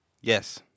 yes